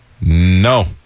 No